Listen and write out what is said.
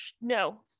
No